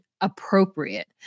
appropriate